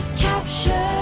capture